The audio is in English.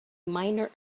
minor